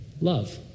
love